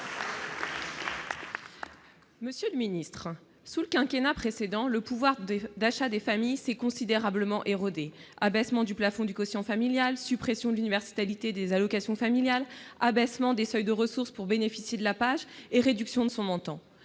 Républicains. Sous le quinquennat précédent, le pouvoir d'achat des familles s'est considérablement érodé, avec l'abaissement du plafond du quotient familial, la suppression de l'universalité des allocations familiales, l'abaissement des seuils de ressources pour bénéficier de la prestation d'accueil